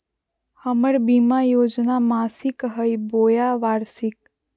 हमर बीमा योजना मासिक हई बोया वार्षिक?